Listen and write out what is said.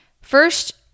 First